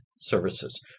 services